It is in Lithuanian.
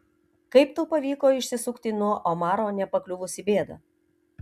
kaip tau pavyko išsisukti nuo omaro nepakliuvus į bėdą